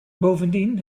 bovendien